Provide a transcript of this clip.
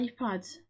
iPads